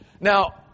Now